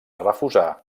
refusar